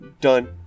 done